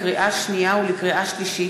לקריאה שנייה ולקריאה שלישית,